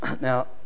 Now